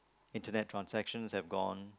Internet transactions have gone